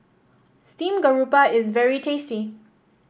Steamed Garoupa is very tasty